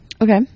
Okay